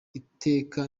iteka